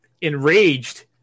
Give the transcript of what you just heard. enraged